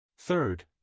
Third